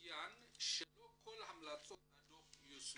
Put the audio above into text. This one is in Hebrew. צוין כי לא כל המלצות הדו"ח יושמו.